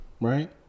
right